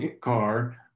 car